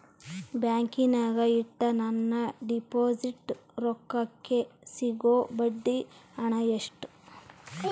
ಬ್ಯಾಂಕಿನಾಗ ಇಟ್ಟ ನನ್ನ ಡಿಪಾಸಿಟ್ ರೊಕ್ಕಕ್ಕೆ ಸಿಗೋ ಬಡ್ಡಿ ಹಣ ಎಷ್ಟು?